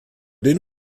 den